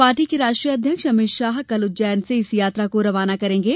party के राष्ट्रीय अध्यक्ष अमित शाह कल उज्जैन से इस यात्रा को रवाना करेंगे